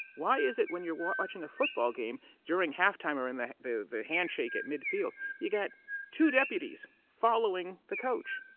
why is it when you're watching a football game during halftime or in the the handshake at midfield, you got two deputies following the coach.